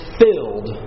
filled